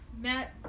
Matt